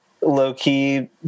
low-key